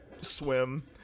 swim